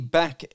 back